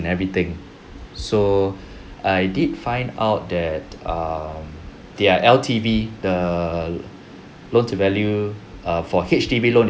and everything so I did find out that um their L_T_V the loan to value err for H_D_B loan